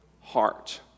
heart